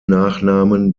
nachnamen